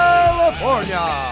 California